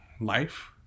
life